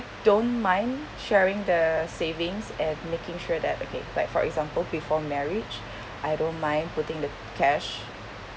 don't mind sharing the savings and making sure that okay like for example before marriage I don't mind putting the cash